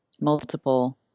multiple